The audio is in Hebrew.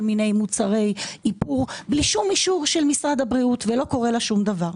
מיני מוצרי איפור בלי שום אישור של משרד הבריאות ולא קורה לה דבר.